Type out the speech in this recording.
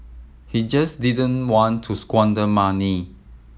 he just didn't want to squander money